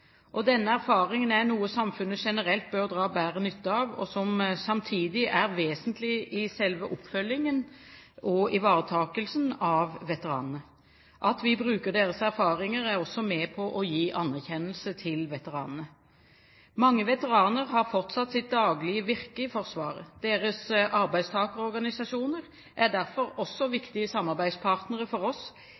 Denne erfaringen er noe samfunnet generelt bør dra bedre nytte av, og den er samtidig vesentlig i selve oppfølgingen og ivaretakelsen av veteranene. At vi bruker deres erfaringer, er også med på å gi anerkjennelse til veteranene. Mange veteraner har fortsatt sitt daglige virke i Forsvaret. Deres arbeidstakerorganisasjoner er derfor også viktige samarbeidspartnere for oss